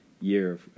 year